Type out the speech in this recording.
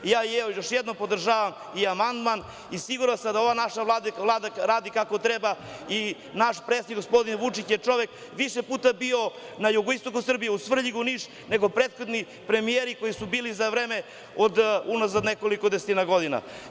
Još jednom, podržavam i amandman i siguran sam da ova naša Vlada radi kako treba i naš predsednik, gospodin, Vučić je čovek više puta bio na jugoistoku Srbije, u Svrljigu i Nišu, nego prethodni premijeri koji su bili za vreme, unazad nekoliko desetina godina.